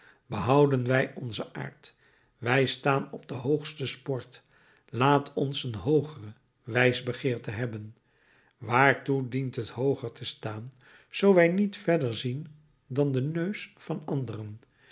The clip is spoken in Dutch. behouden wij onzen aard wij staan op de hoogste sport laat ons een hoogere wijsbegeerte hebben waartoe dient het hooger te staan zoo wij niet verder zien dan den neus van anderen